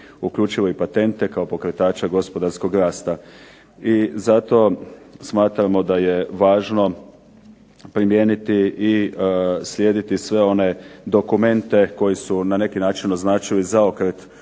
uključivo i patente kao pokretača gospodarskog rasta. I zato smatramo da je važno primijeniti i slijediti sve one dokumente koji su na neki način označili zaokret u